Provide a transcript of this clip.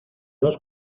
los